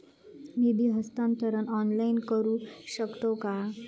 निधी हस्तांतरण ऑनलाइन करू शकतव काय?